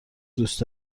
دوست